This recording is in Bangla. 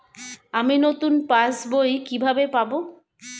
আমি নতুন পাস বই কিভাবে পাব?